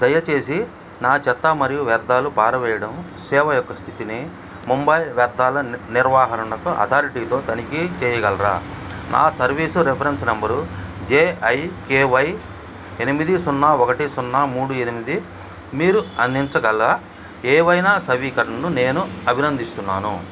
దయచేసి నా చెత్త మరియు వ్యర్థాలు పారవేయడం సేవ యొక్క స్థితిని ముంబై వ్యర్థాల నిర్వహరణతో అథారిటీతో తనిఖీ చేయగలరా నా service reference number J I K Y ఎనిమిది సున్నా ఒకటి సున్నా మూడు ఎనిమిది మీరు మీరు అందించగల ఏవైనా నవీకరణను నేను అభినందిస్తున్నాను